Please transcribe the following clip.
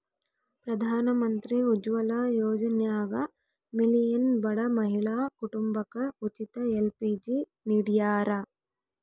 ಪ್ರಧಾನಮಂತ್ರಿ ಉಜ್ವಲ ಯೋಜನ್ಯಾಗ ಮಿಲಿಯನ್ ಬಡ ಮಹಿಳಾ ಕುಟುಂಬಕ ಉಚಿತ ಎಲ್.ಪಿ.ಜಿ ನಿಡ್ಯಾರ